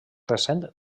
recent